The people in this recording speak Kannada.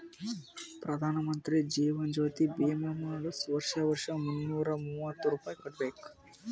ಪ್ರಧಾನ್ ಮಂತ್ರಿ ಜೀವನ್ ಜ್ಯೋತಿ ಭೀಮಾ ಮಾಡ್ಸುರ್ ವರ್ಷಾ ವರ್ಷಾ ಮುನ್ನೂರ ಮೂವತ್ತ ರುಪಾಯಿ ಕಟ್ಬಬೇಕ್